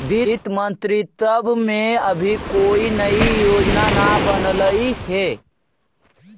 वित्त मंत्रित्व ने अभी कोई नई योजना न बनलई हे